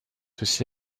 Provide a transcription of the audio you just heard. aussi